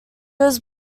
was